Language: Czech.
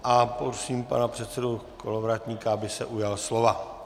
Prosím pana předsedu Kolovratníka, aby se ujal slova.